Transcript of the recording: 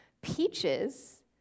peaches